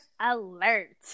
alert